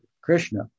Krishna